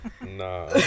Nah